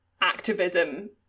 activism